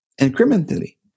incrementally